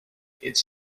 its